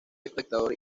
espectador